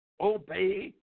obey